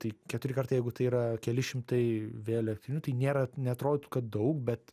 tai keturi kartai jeigu tai yra keli šimtai vėjo elektrinių tai nėra neatrodytų kad daug bet